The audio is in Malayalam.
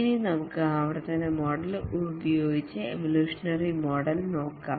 ഇനി നമുക്ക് ആവർത്തന മോഡൽ ഉപയോഗിച്ച് എവൊല്യൂഷനറി മോഡൽ നോക്കാം